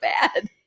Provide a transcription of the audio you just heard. bad